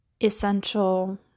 essential